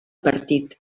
partit